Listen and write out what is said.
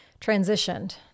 transitioned